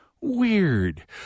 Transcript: Weird